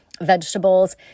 vegetables